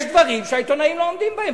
יש דברים שהעיתונאים לא עומדים בהם,